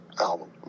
album